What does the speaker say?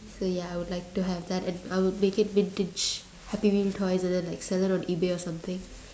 so ya so I would like to have that and I would make it vintage happy meal toys and then like sell it on eBay or something